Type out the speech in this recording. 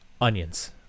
onions